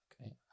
okay